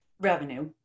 Revenue